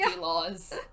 laws